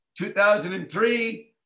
2003